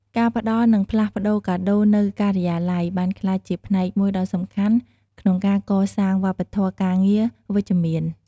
ការផ្តល់និងផ្លាស់ប្ដូរកាដូរនៅការិយាល័យ បានក្លាយជាផ្នែកមួយដ៏សំខាន់ក្នុងការកសាង វប្បធម៌ការងារវិជ្ជមាន។